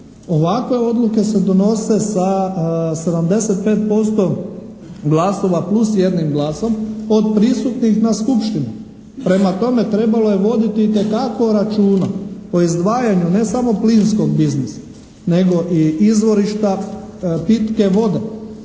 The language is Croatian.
Ovakve odluke se donose sa 75% glasova plus 1 glasom od prisutnih na skupštini. Prema tome, trebalo je voditi itekako računa o izdvajanju ne samo plinskog biznisa nego i izvorišta pitke vode.